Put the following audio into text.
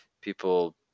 people